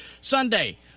Sunday